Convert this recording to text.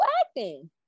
acting